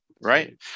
Right